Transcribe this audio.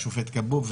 ושופט כבוב,